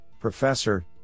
Professor